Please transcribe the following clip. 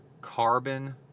carbon-